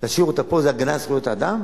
להשאיר אותה פה זה הגנה על זכויות האדם?